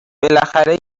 بالاخره